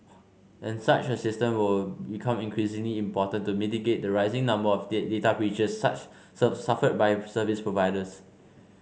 and such a system will become increasingly important to mitigate the rising number of date data breaches such suffered by service providers